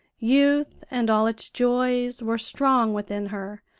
youth and all its joys were strong within her,